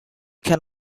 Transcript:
can